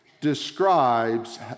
describes